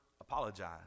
apologize